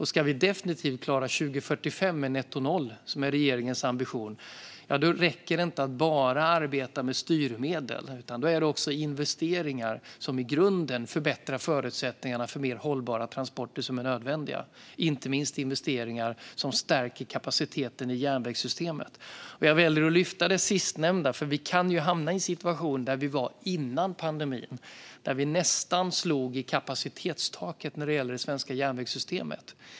Ska vi definitivt klara målet om netto noll 2045, som är regeringens ambition, räcker det inte att bara arbeta med styrmedel. Då är det också nödvändigt med investeringar som i grunden förbättrar förutsättningarna för mer hållbara transporter, inte minst investeringar som stärker kapaciteten i järnvägssystemet. Jag väljer att lyfta fram det sistnämnda, för vi kan hamna i den situation vi var i före pandemin, då vi nästan slog i kapacitetstaket för det svenska järnvägssystemet.